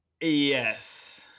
Yes